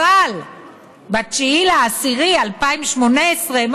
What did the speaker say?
אבל ב-9 באוקטובר 2018,